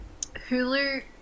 Hulu